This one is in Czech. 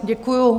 Děkuju.